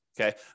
Okay